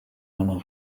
meinung